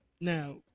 Now